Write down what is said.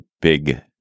big